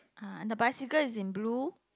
ah the bicycle is in blue